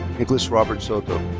nicholas robert soto.